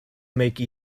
make